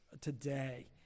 today